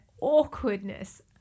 awkwardness